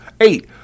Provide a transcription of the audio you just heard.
eight